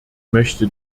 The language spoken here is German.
möchte